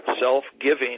self-giving